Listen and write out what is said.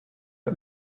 are